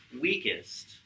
weakest